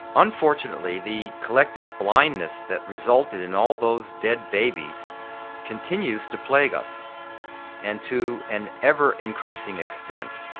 unfortunately the collective blindness that resulted in all those dead babies continues to plague us and to an ever increasing extent.